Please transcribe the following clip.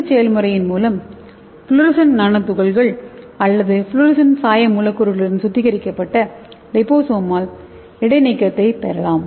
இந்த செயல்முறையின் மூலம் ஃப்ளோரசன்ட் நானோ துகள்கள் அல்லது ஃப்ளோரசன்ட் சாய மூலக்கூறுகளுடன் சுத்திகரிக்கப்பட்ட லிபோசோமால் இடைநீக்கத்தைப் பெறலாம்